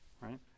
right